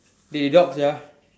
they dog sia